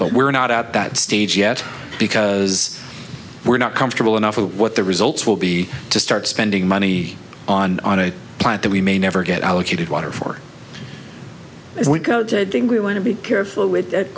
but we're not out that stage yet because we're not comfortable enough with what the results will be to start spending money on on a plant that we may never get allocated water for as we go to thing we want to be careful with